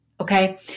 okay